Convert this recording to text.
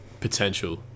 potential